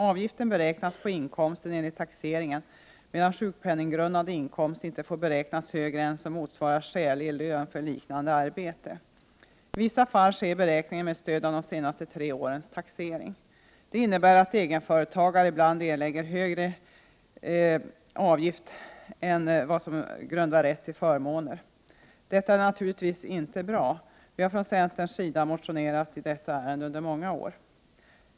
Avgiften beräknas på inkomsten enligt taxeringen, medan sjukpenninggrundande inkomst inte får beräknas högre än vad som motsvarar skälig lön för liknande arbete. I vissa fall sker beräkningen med stöd av de senaste tre årens taxering. Det innebär att egenföretagare ibland har högre inkomst än den som grundar rätt till förmåner. Detta är naturligtvis inte bra. Vi har från centerns sida motionerat i detta ärende under många år.